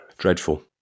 Dreadful